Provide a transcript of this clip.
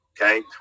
okay